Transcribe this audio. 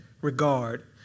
regard